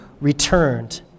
returned